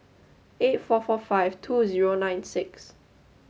eight four four five two zero nine six